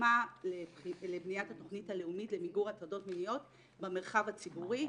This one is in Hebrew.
שהוקמה לבניית התכנית הלאומית למיגור הטרדות מיניות במרחב הציבורי.